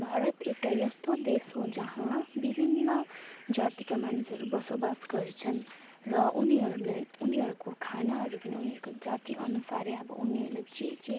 भारत एउटा यस्तो देश हो जहाँ विभिन्न जातिका मानिसहरू बसोबास गर्छन् र उनीहरूले उनीहरूको खानाहरू पनि उनीहरूको जाति अनुसारै अब उनीहरूले जे जे